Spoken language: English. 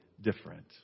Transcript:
different